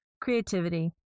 creativity